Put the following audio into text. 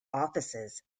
offices